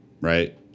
right